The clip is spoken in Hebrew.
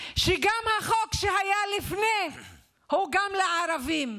שגם החוק שהיה לפני כן הוא לערבים,